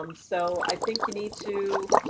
um so i think you need to,